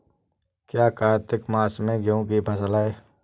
क्या कार्तिक मास में गेहु की फ़सल है?